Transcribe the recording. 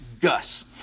Gus